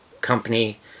company